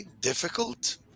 difficult